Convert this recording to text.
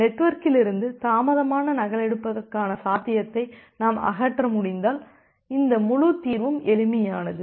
நெட்வொர்க்கிலிருந்து தாமதமாக நகலெடுப்பதற்கான சாத்தியத்தை நாம் அகற்ற முடிந்தால் இந்த முழு தீர்வும் எளிமையானது